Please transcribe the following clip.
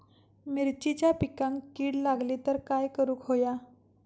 मिरचीच्या पिकांक कीड लागली तर काय करुक होया?